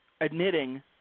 admitting